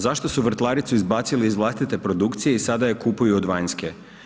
Zašto su Vrtlaricu izbacili iz vlastite produkcije i sada je kupuju od vanjske?